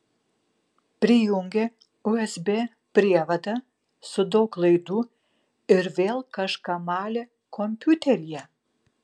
prijungė usb prievadą su daug laidų ir vėl kažką malė kompiuteryje